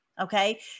okay